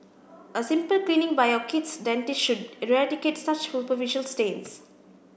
a simple cleaning by your kid's dentist should eradicate such superficial stains